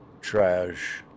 trash